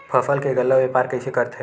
फसल के गल्ला व्यापार कइसे करथे?